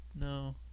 No